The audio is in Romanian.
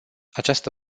această